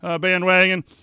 bandwagon